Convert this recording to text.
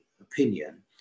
opinion